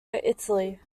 italy